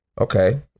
Okay